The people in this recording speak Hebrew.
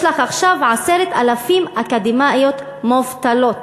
יש לך עכשיו 10,000 אקדמאיות מובטלות,